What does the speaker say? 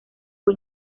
fue